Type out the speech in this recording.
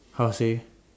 how to say